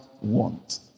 want